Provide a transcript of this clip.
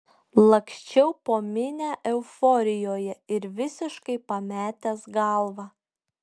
laksčiau po minią euforijoje ir visiškai pametęs galvą